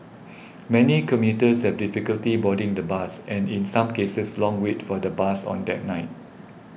many commuters had difficulty boarding the bus and in some cases long wait for the bus on that night